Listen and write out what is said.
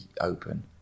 open